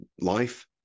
life